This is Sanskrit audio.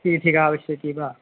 पीठिका आवश्यकी वा